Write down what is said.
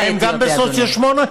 מה, גם הם בסוציו 8?